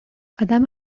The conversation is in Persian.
آدم